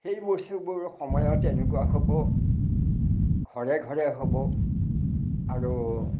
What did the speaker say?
সেই বস্তুবোৰ সময়ত এনেকুৱা হ'ব ঘৰে ঘৰে হ'ব আৰু